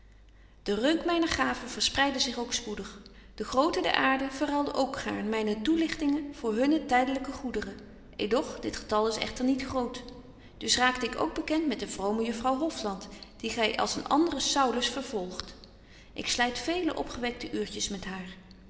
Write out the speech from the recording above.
de reuk myner gaven verspreidde zich ook spoedig de groten der aarde verruilden ook gaarn myne toelichtingen voor hunne tydelyke goederen edoch dit getal is echter niet groot dus raakte ik ook bekent met de vrome juffrouw hofland die gy als een andre saulus vervolgt ik slyt vele opgewekte uurtjes met haar